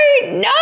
no